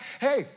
hey